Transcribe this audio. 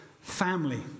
family